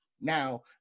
Now